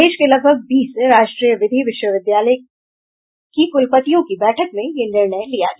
देश के लगभग बीस राष्ट्रीय विधि विश्वविद्यालय की कुलपतियों की बैठक में यह निर्णय लिया गया